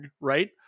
right